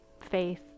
faith